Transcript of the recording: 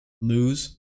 lose